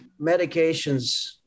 medications